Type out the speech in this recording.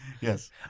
yes